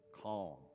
calm